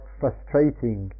frustrating